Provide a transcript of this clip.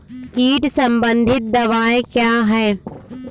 कीट संबंधित दवाएँ क्या हैं?